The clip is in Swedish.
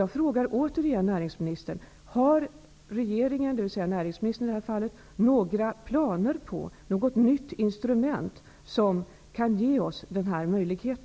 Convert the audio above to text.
Jag frågar återigen näringsministern: Har regeringen, i det här fallet näringsministern, några planer på något nytt instrument som kan ge oss denna möjlighet?